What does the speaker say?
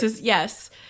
yes